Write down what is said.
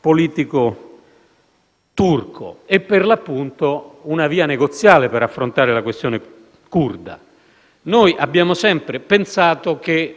politico turco; e, per l'appunto, una via negoziale per affrontare la questione curda. Noi abbiamo sempre pensato che